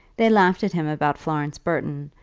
they laughed at him about florence burton,